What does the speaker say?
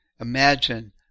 Imagine